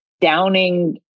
downing